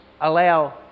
allow